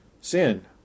sin